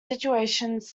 situations